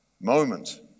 moment